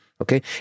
okay